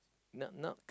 now now